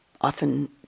often